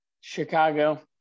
Chicago